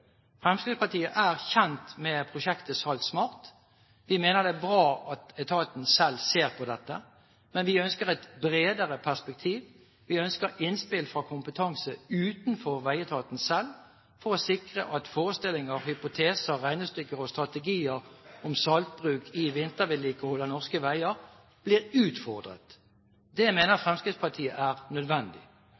Fremskrittspartiet er kjent med prosjektet Salt SMART. Vi mener det er bra at etaten selv ser på dette. Men vi ønsker et bredere perspektiv – vi ønsker innspill fra kompetanse utenfor veietaten selv for å sikre at forestillinger, hypoteser, regnestykker og strategier om saltbruk i vintervedlikehold av norske veier blir utfordret. Det mener Fremskrittspartiet er nødvendig.